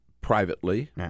privately